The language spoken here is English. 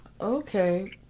Okay